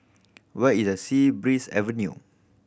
where is the Sea Breeze Avenue